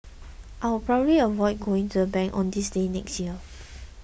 I will probably avoid going to the bank on this day next year